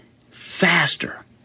faster